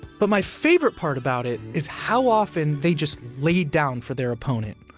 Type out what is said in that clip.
but my favorite part about it is how often they just laid down for their opponent.